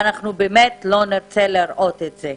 אנחנו באמת לא נרצה לראות את זה.